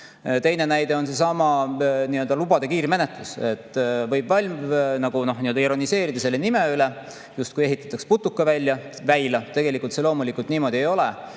Teine näide on seesama lubade kiirmenetlus. Võib ironiseerida selle nime üle, justkui ehitataks putukaväila. Tegelikult see loomulikult niimoodi ei ole.